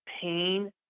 pain